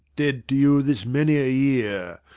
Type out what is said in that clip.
dead to you this many a year.